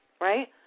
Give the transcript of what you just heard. right